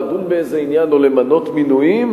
לדון באיזה עניין או למנות מינויים,